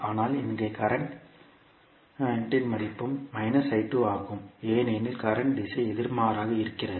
ஆனால் இங்கே கரண்ட் இன் மதிப்பும் ஆகும் ஏனெனில் கரண்ட் திசை எதிர்மாறாக இருக்கிறது